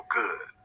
good